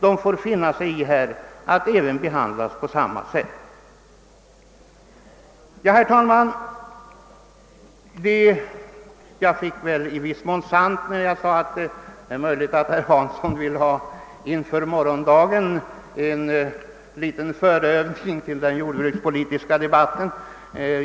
De får finna sig i att bli behandlade på samma sätt som Övriga jordbruk. Herr talman! Jag fick väl i viss mån rätt i att det är möjligt att herr Hansson ville ha en liten förövning inför morgondagens jordbrukspolitiska debatt.